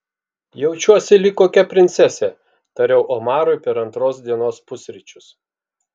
jaučiuosi lyg kokia princesė tariau omarui per antros dienos pusryčius